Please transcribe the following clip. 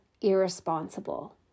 irresponsible